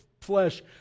flesh